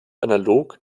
analog